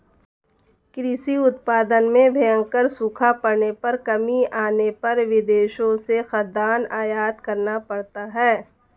कृषि उत्पादन में भयंकर सूखा पड़ने पर कमी आने पर विदेशों से खाद्यान्न आयात करना पड़ता है